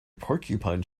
porcupine